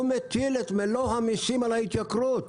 הוא מטיל את מלוא המסים על ההתייקרות.